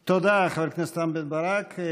תודה, חבר הכנסת רם בן-ברק.